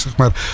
Maar